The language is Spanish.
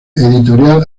editorial